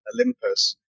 Olympus